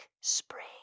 spring